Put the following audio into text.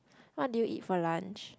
what did you eat for lunch